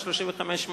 35(8),